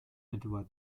etwa